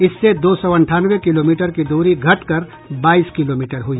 इससे दो सौ अंठानवे किलोमीटर की दूरी घटकर बाईस किलोमीटर हुई